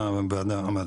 מאמל,